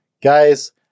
Guys